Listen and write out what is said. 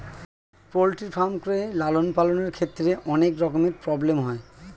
poultry farm করে লালন পালনের ক্ষেত্রে অনেক রকমের প্রব্লেম হয়